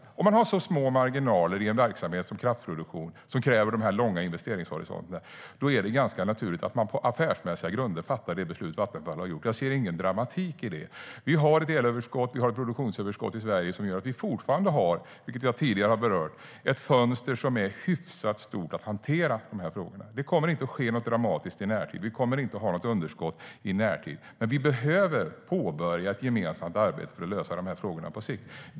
Om man har så små marginaler i en verksamhet som kraftproduktion som kräver dessa långa investeringshorisonter är det ganska naturligt att man på affärsmässiga grunder fattar det beslut som Vattenfall har gjort. Jag ser ingen dramatik i det. Vi har ett elöverskott och ett produktionsöverskott i Sverige som gör att vi fortfarande har, vilket jag tidigare har berört, ett fönster som är hyfsat stort att hantera dessa frågor. Det kommer inte att ske något dramatiskt i närtid. Vi kommer inte att ha något underskott i närtid. Men vi behöver påbörja ett gemensamt arbete för att lösa frågorna på sikt.